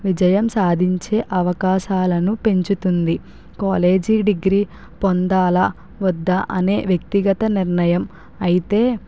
విజయం సాధించే అవకాశాలను పెంచుతుంది కాలేజీ డిగ్రీ పొందాలా వద్ద అనే వ్యక్తిగత నిర్ణయం అయితే